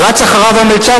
רץ אחריו המלצר,